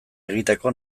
egiteko